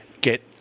get